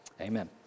Amen